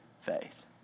faith